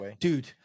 Dude